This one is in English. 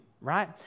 right